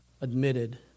admitted